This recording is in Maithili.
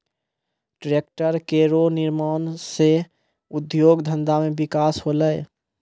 ट्रेक्टर केरो निर्माण सँ उद्योग धंधा मे बिकास होलै